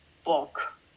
book